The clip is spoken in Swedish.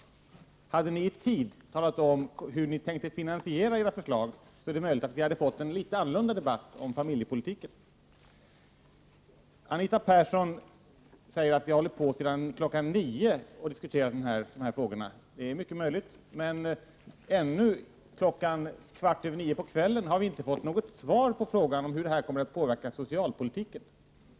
Jag tror, att om ni i tid hade talat om hur ni tänker finansiera detta förslag, hade vi kunnat få en litet annorlunda debatt om familjepolitiken. Anita Persson säger att vi sedan kl. 09.00 har diskuterat dessa frågor. Jo, men ännu kl. 21.15 på kvällen har vi inte fått något svar på frågan om hur detta kommer att påverka socialpolitiken.